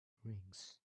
rings